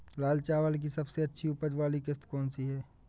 लाल चावल की सबसे अच्छी उपज वाली किश्त कौन सी है?